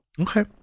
okay